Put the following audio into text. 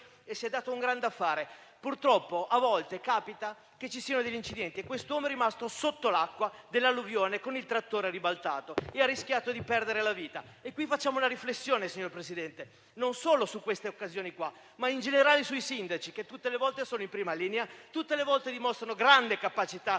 si è dato un gran da fare. Purtroppo però a volte capita che ci siano degli incidenti e quest'uomo è rimasto sotto l'acqua dell'alluvione con il trattore ribaltato e ha rischiato di perdere la vita. Vorrei allora fare una riflessione, signor Presidente, non solo rispetto a queste occasioni, ma in generale sui sindaci, che tutte le volte sono in prima linea, tutte le volte dimostrato grande capacità di